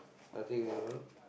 nothing at all